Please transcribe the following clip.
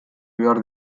behar